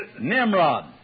Nimrod